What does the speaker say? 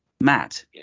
Matt